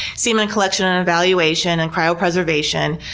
semen collection and evaluation, and cryopreservation,